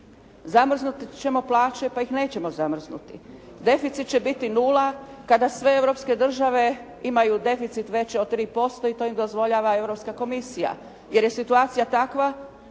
Zamrznut ćemo plaće, pa ih nećemo zamrznuti. Deficit će nula kada sve europske države imaju deficit veći od 3% i to im dozvoljava Europska komisija, jer je situacija takva